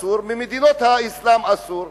אסור, ממדינות האסלאם, אסור.